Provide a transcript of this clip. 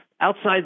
outside